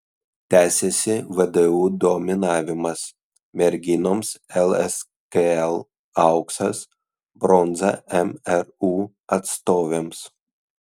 tęsiasi vdu dominavimas merginoms lskl auksas bronza mru atstovėms